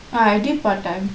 I did part time